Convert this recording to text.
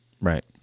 Right